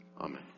Amen